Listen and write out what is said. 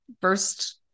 first